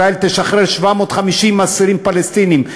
ישראל תשחרר 750 אסירים פלסטינים.